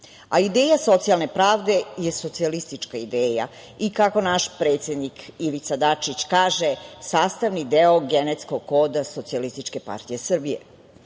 Ideja socijalne pravde je socijalistička ideja i kako naš predsednik Ivica Dačić kaže - sastavni deo genetskog koda SPS.Socijalistička partija Srbije